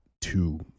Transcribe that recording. two